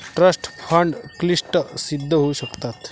trust fund क्लिष्ट सिद्ध होऊ शकतात